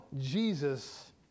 Jesus